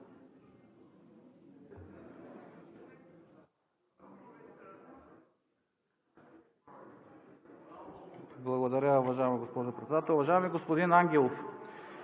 Благодаря, уважаема госпожо Председател. Уважаеми господин Ангелов,